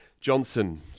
Johnson